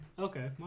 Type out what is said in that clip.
Okay